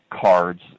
cards